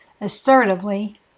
Assertively